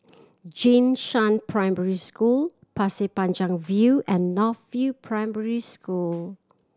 Jing Shan Primary School Pasir Panjang View and North View Primary School